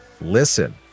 Listen